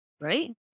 right